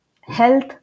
health